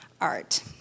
art